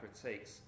critiques